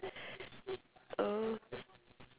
oh